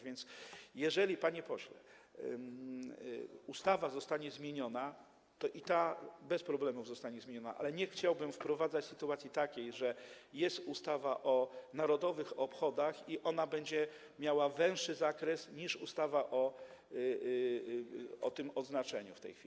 Więc jeżeli, panie pośle, tamta ustawa zostanie zmieniona, to i ta bez problemu zostanie zmieniona, ale nie chciałbym wprowadzać takiej sytuacji, że jest ustawa o narodowych obchodach i ona będzie miała węższy zakres niż ustawa o tym odznaczeniu w tej chwili.